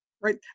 right